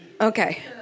Okay